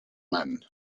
men